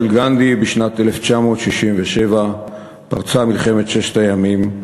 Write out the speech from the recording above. גנדי בשנת 1967 פרצה מלחמת ששת הימים,